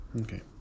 Okay